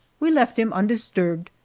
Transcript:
we left him undisturbed,